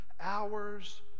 hours